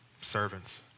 servants